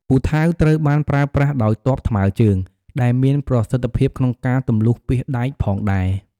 ពូថៅត្រូវបានប្រើប្រាស់ដោយទ័ពថ្មើរជើង ដែលមានប្រសិទ្ធភាពក្នុងការទម្លុះពាសដែកផងដែរ។